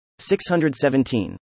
617